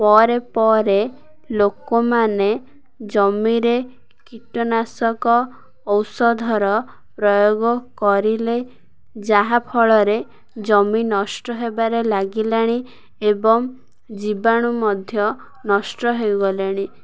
ପରେ ପରେ ଲୋକମାନେ ଜମିରେ କୀଟନାଶକ ଔଷଧର ପ୍ରୟୋଗ କରିଲେ ଯାହାଫଳରେ ଜମି ନଷ୍ଟ ହେବାରେ ଲାଗିଲାଣି ଏବଂ ଜୀବାଣୁ ମଧ୍ୟ ନଷ୍ଟ ହୋଇଗଲାଣି